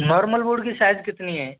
normal board की size कितनी है